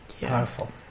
Powerful